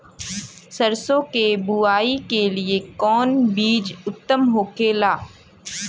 सरसो के बुआई के लिए कवन बिज उत्तम होखेला?